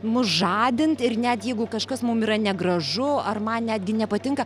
mus žadinti ir net jeigu kažkas mums yra negražu ar man netgi nepatinka